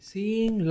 Seeing